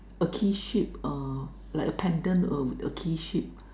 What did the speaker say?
a key shape uh like a pendant uh with a key shape